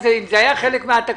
אם זה היה חלק מהתקציב,